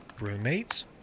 roommates